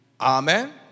Amen